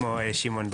כמו שמעון,